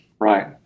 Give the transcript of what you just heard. Right